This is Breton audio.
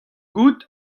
gouzout